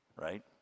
right